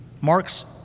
Mark's